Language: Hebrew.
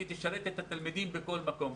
היא תשרת את התלמידים בכל מקום.